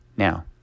Now